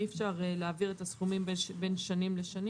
אי אפשר להעביר את הסכומים בין שנים לשנים